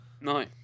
No